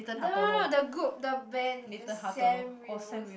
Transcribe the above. no no no the good the band the sam willows